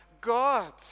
God